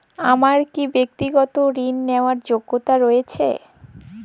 আমার কী ব্যাক্তিগত ঋণ নেওয়ার যোগ্যতা রয়েছে?